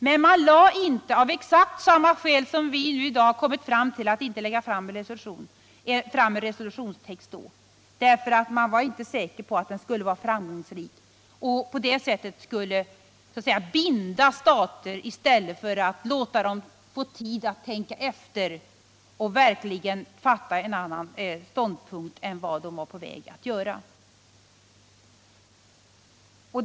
Men regeringen lade inte — av exakt samma skäl som vi i dag funnit avgörande — fram en resolutionstext då, därför att det inte var säkert att den skulle bli framgångsrik och att den därigenom så att säga skulle binda stater i stället för att låta dem få tid att tänka efter och verkligen inta en annan ståndpunkt än den de var på väg att inta.